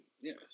yes